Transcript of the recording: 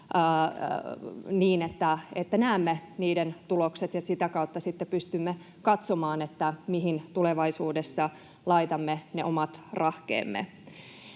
niin että näemme niiden tulokset ja sitä kautta sitten pystymme katsomaan, mihin tulevaisuudessa laitamme omat rahkeemme.